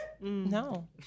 No